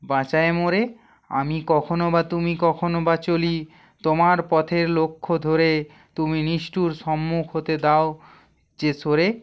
বাঁচায়ে মোরে আমি কখনো বা ভুলি কখনো বা চলি তোমার পথের লক্ষ্য ধরে তুমি নিষ্ঠুর সম্মুখ হতে যাও যে সরে